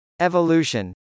Evolution